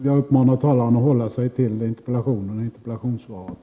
Jag uppmanar talaren att hålla sig till interpellationen och interpellationssvaret.